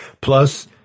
plus